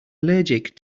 allergic